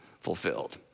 fulfilled